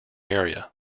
area